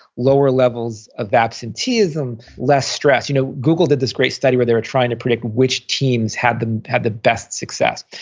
lower levels of absenteeism, less stress you know google did this great study where they were trying to predict which teams had the had the best success.